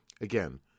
again